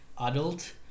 adult